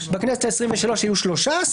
בכנסת העשרים ושלוש היו 13,